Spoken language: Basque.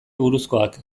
buruzkoak